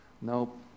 Nope